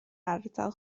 ardal